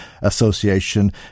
Association